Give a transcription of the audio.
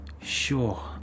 Sure